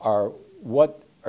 are what are